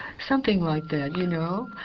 something like that, you know?